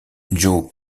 joe